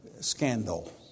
scandal